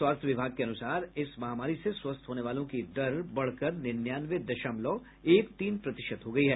स्वास्थ्य विभाग के अनुसार इस महामारी से स्वस्थ होने वालों की दर बढ़कर निन्यानवे दशमलव एक तीन प्रतिशत हो गयी है